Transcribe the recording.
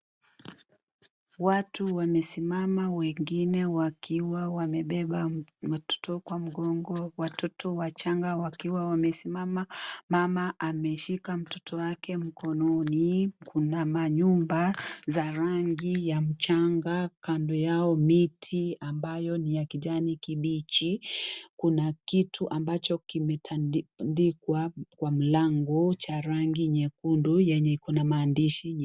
Watu wamesimama wengine wakiwa wamebeba mtoto kwa mgongo , watoto wachanga wakiwa wamesimama ,mama ameshika mtoto wake mkononi kuna manyumba za rangi ya mchanga kando yao miti ambayo ni ya kijani kibichi kuna kitu ambacho kimetandikwa kwa mlango cha rangi nyekundu yenye iko na maandishi meu